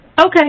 okay